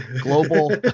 global